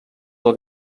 del